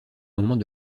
moment